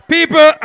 People